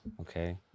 Okay